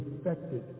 affected